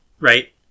right